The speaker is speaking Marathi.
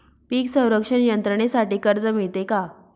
पीक संरक्षण यंत्रणेसाठी कर्ज मिळते का?